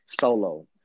solo